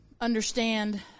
understand